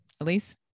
elise